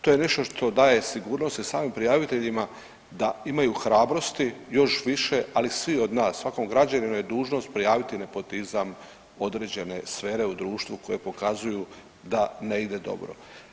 To je nešto što daje sigurnost i samim prijaviteljima da imaju hrabrosti još više, ali svi od nas, svakom građaninu je dužnost prijaviti nepotizam, određene sfere u društvu koje pokazuju da ne ide dobro.